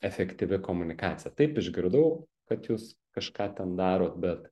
efektyvi komunikacija taip išgirdau kad jūs kažką ten daro bet